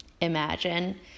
imagine